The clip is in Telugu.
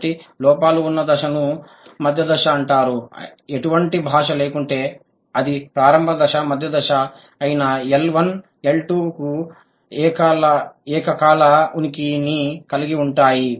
కాబట్టి లోపాలు ఉన్న దశ ను మధ్య దశ అంటారు ఎటువంటి భాష లేకుంటే అది ప్రారంభ దశ మధ్య దశ అయిన L1 మరియు L2 కు ఏకకాల ఉనికి ని కలిగి ఉంటాయి